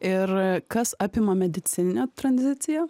ir kas apima medicininę tranziciją